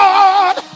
God